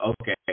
okay